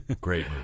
Great